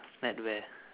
at where